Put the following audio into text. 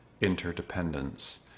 interdependence